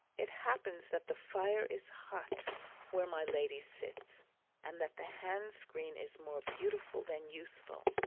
it happens that the fire is hot where my lady sits and that the hand-screen is more beautiful than useful,